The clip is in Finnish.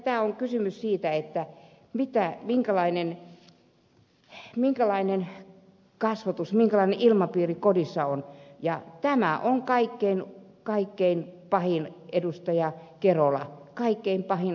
tässä on kysymys siitä minkälainen kasvatus minkälainen ilmapiiri kodissa on ja tämä on kaikkein pahin asia ed